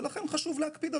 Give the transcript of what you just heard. זו בדיוק העבודה שנעשית,